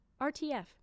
RTF